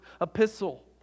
epistle